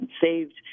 saved